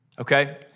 okay